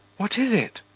what is it